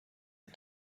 and